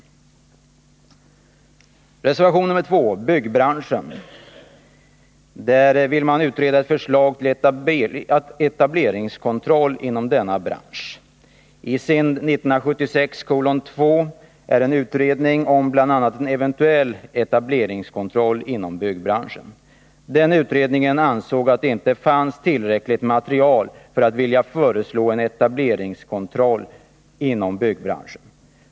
I reservation nr 2, som gäller byggbranschen, vill man utreda ett förslag till etableringskontroll inom denna bransch. SIND 1976:2 är en utredning om bl.a. en eventuell etableringskontroll inom byggbranschen. Den utredningen ansåg att det inte fanns tillräckligt material för ett förslag om etableringskontroll inom byggbranschen.